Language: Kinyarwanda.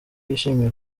yishimiye